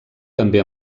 també